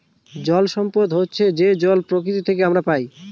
জল সম্পদ হচ্ছে যে জল প্রকৃতি থেকে আমরা পায়